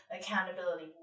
accountability